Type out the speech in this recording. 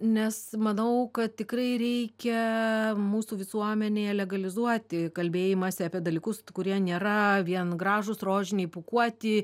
nes manau kad tikrai reikia mūsų visuomenėje legalizuoti kalbėjimąsi apie dalykus kurie nėra vien gražūs rožiniai pūkuoti